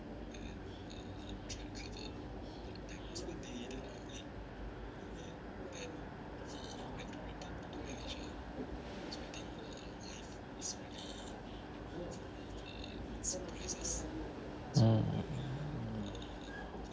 mm